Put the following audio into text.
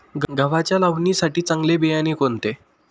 गव्हाच्या लावणीसाठी चांगले बियाणे कोणते?